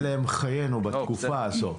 אלו הם חיינו בתקופה הזאת,